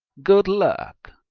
good luck,